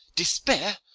despair?